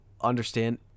understand